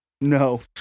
No